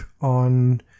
on